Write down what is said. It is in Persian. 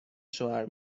شوهر